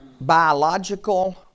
biological